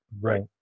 right